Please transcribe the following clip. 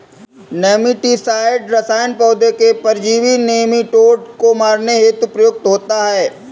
nematicide रसायन पौधों के परजीवी नोमीटोड को मारने हेतु प्रयुक्त होता है